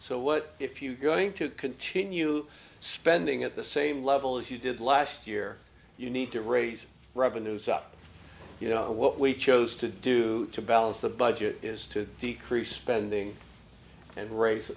so what if you going to continue spending at the same level as you did last year you need to raise revenues up you know what we chose to do to balance the budget is to decrease spending and raise